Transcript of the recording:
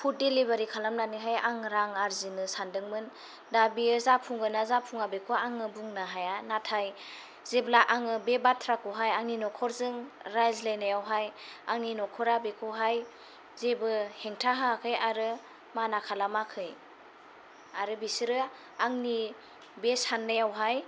food दिलिभारि खालामनैहाय आङो रां आर्जिनो सानदोंमोन दा बेयो जाफुंगोन ना जाफुङा बेखौ आङो बुंनो हाया नाथाय जेब्ला आङो बे बाथ्राखौहाय आंनि नखरजों रायज्लायनायावहाय आंनि नखरा बेखौहाय जेबो हेंथा होयाखै आरो माना खालामायखै आरो बिसोरो आंनि बे साननायावहाय